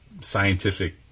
scientific